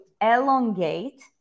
elongate